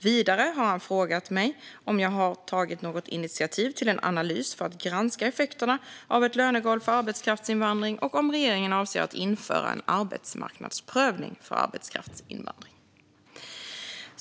Vidare har han frågat mig om jag har tagit något initiativ till en analys för att granska effekterna av ett lönegolv för arbetskraftsinvandring och om regeringen avser att införa en arbetsmarknadsprövning för arbetskraftsinvandring.